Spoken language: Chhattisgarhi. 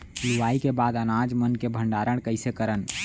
लुवाई के बाद अनाज मन के भंडारण कईसे करन?